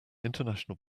international